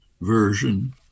version